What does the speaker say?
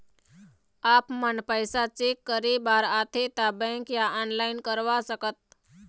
आपमन पैसा चेक करे बार आथे ता बैंक या ऑनलाइन करवा सकत?